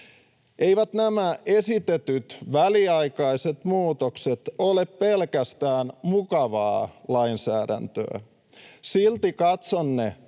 Eivät nämä esitetyt väliaikaiset muutokset ole pelkästään mukavaa lainsäädäntöä. Silti katson ne